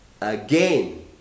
again